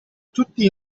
tutti